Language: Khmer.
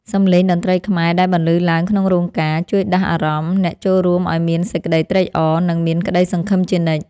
សម្លេងតន្ត្រីខ្មែរដែលបន្លឺឡើងក្នុងរោងការ ជួយដាស់អារម្មណ៍អ្នកចូលរួមឱ្យមានសេចក្តីត្រេកអរ និងមានក្តីសង្ឃឹមជានិច្ច។